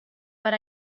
but